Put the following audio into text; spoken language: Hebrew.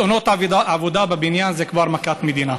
תאונות עבודה בבניין הן כבר מכת מדינה.